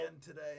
today